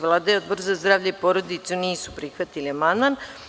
Vlada i Odbor za zdravlje i porodicu nisu prihvatili amandman.